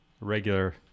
regular